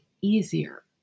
easier